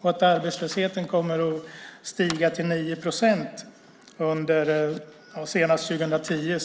och att arbetslösheten kommer att stiga till 9 procent senast 2010.